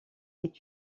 est